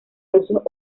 usos